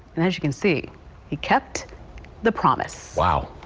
and as you can see he kept the promise wow.